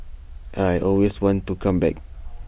I always want to come back